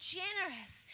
generous